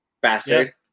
bastard